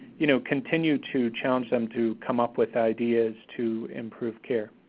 you know, continue to challenge them to come up with ideas to improve care.